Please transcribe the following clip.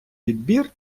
відбір